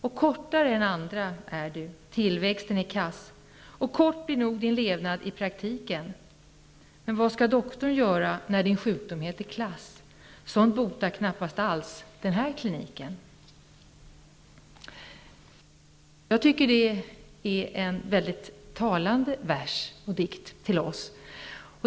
Och kortare än andra är du, tillväxten är kass, och kort blir nog din levnad i praktiken. Sånt botar knappast alls den här kliniken.'' Det är en mycket talande dikt till oss.